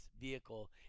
vehicle